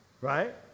right